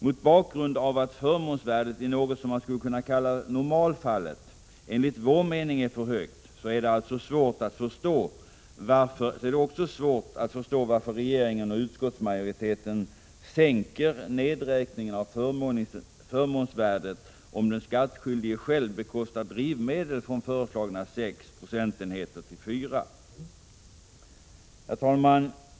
Mot bakgrund av att förmånsvärdet i något som man skulle kunna kalla normalfallet alltså enligt vår mening är för högt är det också svårt att förstå varför regeringen och utskottsmajoriteten sänkt nedräkningen av förmånsvärdet om den skattskyldige själv bekostar drivmedel från föreslagna 6 procentenheter till 4. Herr talman!